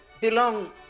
belong